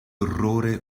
orrore